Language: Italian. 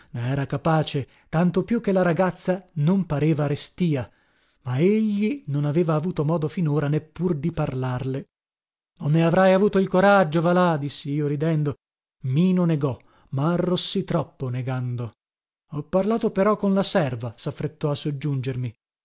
era capace tanto più che la ragazza non pareva restìa ma egli non aveva avuto modo finora neppur di parlarle non ne avrai avuto il coraggio va là dissi io ridendo mino negò ma arrossì troppo negando ho parlato però con la serva saffrettò a soggiungermi